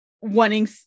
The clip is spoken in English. wanting